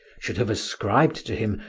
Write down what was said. should have ascribed to him,